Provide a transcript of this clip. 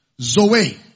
zoe